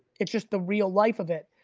it's just the real life of it.